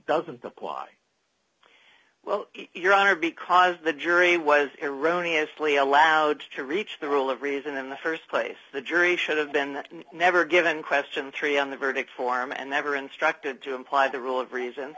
doesn't apply well your honor because the jury was erroneously allowed to reach the rule of reason in the st place the jury should have been never given question three on the verdict form and never instructed to imply the rule of reason